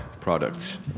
products